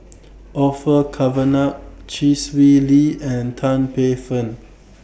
Orfeur Cavenagh Chee Swee Lee and Tan Paey Fern